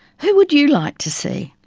who would you like to see?